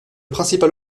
principal